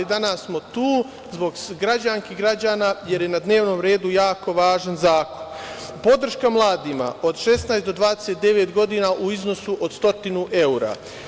Danas smo tu zbog građanki i građana, jer je na dnevnom redu jedan jako važan zakon - podrška mladima od 16 do 29 godina u iznosu od 100 evra.